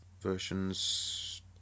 versions